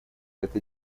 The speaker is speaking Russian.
эта